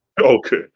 okay